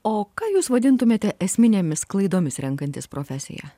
o ką jūs vadintumėte esminėmis klaidomis renkantis profesiją